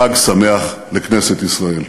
חג שמח לכנסת ישראל.